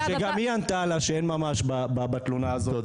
שגם היא ענתה לה שאין ממש בתלונה הזו.